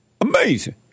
Amazing